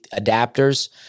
adapters